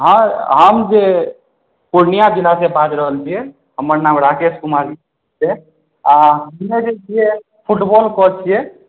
हम जे पुर्णिया जिला सॅं बाजि रहल छियै हमर नाम राकेश कुमार छियै आ हमे जे छियै फुटबॉल कोच छियै